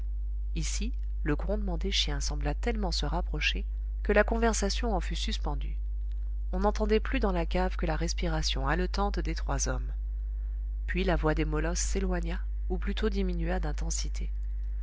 ici le grondement des chiens sembla tellement se rapprocher que la conversation en fut suspendue on n'entendait plus dans la cave que la respiration haletante des trois hommes puis la voix des molosses s'éloigna ou plutôt diminua d'intensité